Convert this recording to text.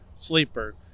sleeper